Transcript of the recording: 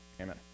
Amen